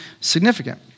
significant